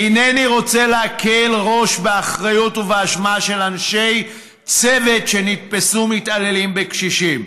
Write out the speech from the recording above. אינני רוצה להקל באחריות ובאשמה של אנשי צוות שנתפסו מתעללים בקשישים.